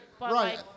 right